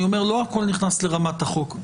אני אומר שלא הכול נכנס לרמת החוק.